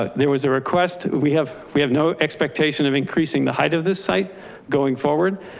ah there was a request we have, we have no expectation of increasing the height of this site going forward.